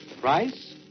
Price